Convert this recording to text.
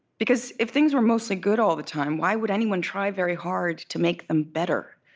because if things were mostly good all the time, why would anyone try very hard to make them better?